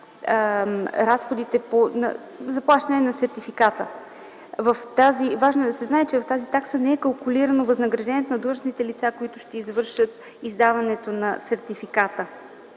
предвиди заплащане на сертификата. Важно е да се знае, че в таксата не е калкулирано възнаграждението на длъжностните лица, които ще извършват издаването на сертификата.